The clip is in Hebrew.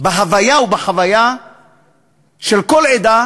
בהוויה ובחוויה של כל העדה